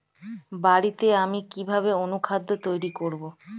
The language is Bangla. বাড়িতে আমি কিভাবে অনুখাদ্য তৈরি করব?